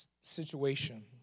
situation